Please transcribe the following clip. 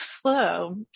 slow